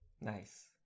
nice